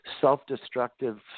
self-destructive